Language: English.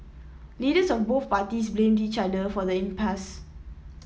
leaders of both parties blamed each other for the impasse